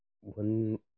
one